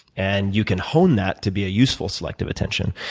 and you can hone that to be a useful selective attention.